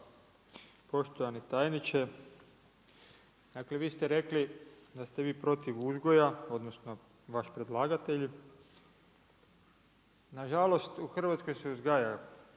poštovani tajniče, dakle vi ste rekli da ste vi protiv uzgoja, odnosno vaš predlagatelj, nažalost, u Hrvatskoj se uzgaja